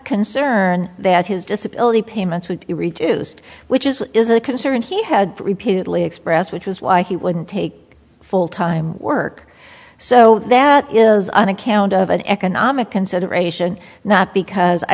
concern that his disability payments would be reduced which is what is a concern he had repeatedly expressed which was why he wouldn't take full time work so that is an account of an economic consideration not because i